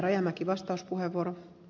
arvoisa puhemies